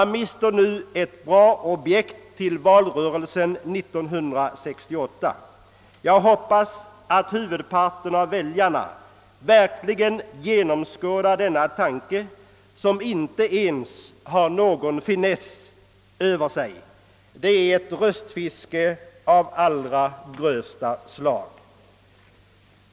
Man mister nu ett bra objekt vid valrörelsen 1968. Jag hoppas att huvudparten av väljarna verkligen genomskådar denna tanke som inte ens har någon finess över sig; det är ett röstfiske av allra grövsta slag.